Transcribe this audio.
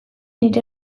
nire